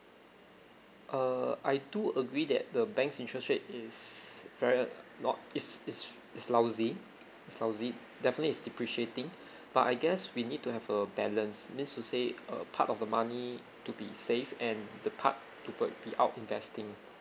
uh I do agree that the bank's interest rate is very uh not it's it's is lousy it's lousy definitely is depreciating but I guess we need to have a balance means to say uh part of the money to be saved and the part to uh be out investing